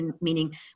Meaning